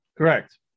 Correct